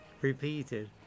repeated